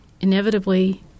inevitably